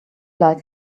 like